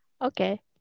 Okay